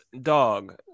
dog